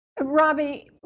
Robbie